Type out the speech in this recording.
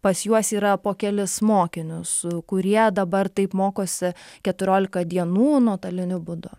pas juos yra po kelis mokinius kurie dabar taip mokosi keturiolika dienų nuotoliniu būdu